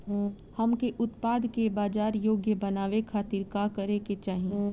हमके उत्पाद के बाजार योग्य बनावे खातिर का करे के चाहीं?